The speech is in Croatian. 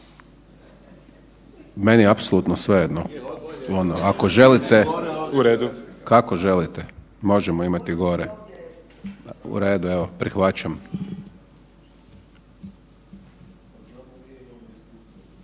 Meni je apsolutno svejedno. Ako želite, kako želite možemo imati i gore. Uredu, evo prihvaćam.